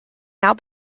now